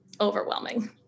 overwhelming